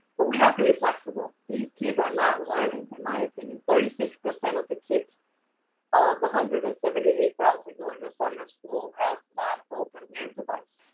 but we have to be flexible. these kids are not learning in my opinion thirty six percent of the kids of the hundred and seventy eight thousand gorgeous summer school have not opened their device.